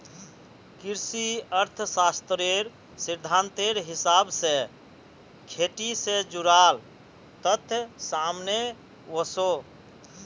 कृषि अर्थ्शाश्त्रेर सिद्धांतेर हिसाब से खेटी से जुडाल तथ्य सामने वोसो